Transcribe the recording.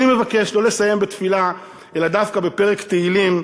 אני מבקש לא לסיים בתפילה אלא דווקא בפרק תהילים,